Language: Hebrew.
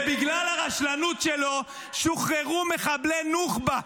ובגלל הרשלנות שלו שוחררו מחבלי נוח'בה.